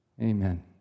Amen